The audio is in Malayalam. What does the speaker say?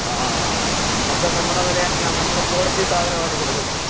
ആ ആ അ നമുക്ക് നമ്മുടെ വില അങ്ങനെയാ നമ്മൾ കോളിറ്റി സാധനമാണ് കൊടുക്കുന്നത്